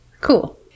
Cool